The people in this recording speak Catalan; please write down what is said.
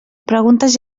preguntes